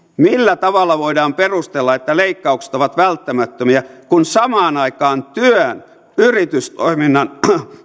millä tavalla voidaan perustella että leikkaukset ovat välttämättömiä kun samaan aikaan työn yritystoiminnan